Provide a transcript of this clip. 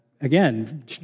Again